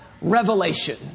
revelation